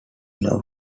now